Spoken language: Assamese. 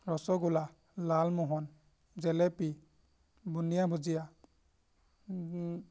ৰসগোল্লা লালমোহন জেলেপী বুন্দিয়া ভুজিয়া